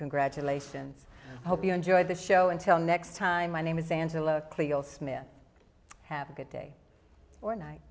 congratulations i hope you enjoyed the show until next time my name is angela cleo smith have a good day or night